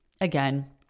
Again